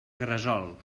gresol